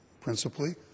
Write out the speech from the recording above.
principally